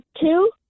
two